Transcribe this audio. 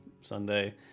Sunday